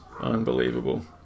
Unbelievable